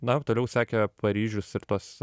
na o toliau sekė paryžius ir tos